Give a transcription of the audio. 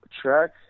Track